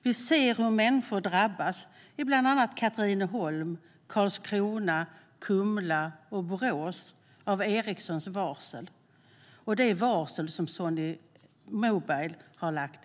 Vi ser hur människor i bland annat Katrineholm, Karlskrona, Kumla och Borås drabbas av Ericssons varsel och människor i Lund av det varsel som Sony Mobile har lagt.